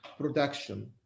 production